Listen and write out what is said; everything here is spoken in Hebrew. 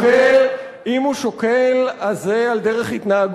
שוקל, אם הוא שוקל, אז זה על דרך התנהגות.